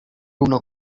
równo